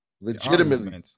Legitimately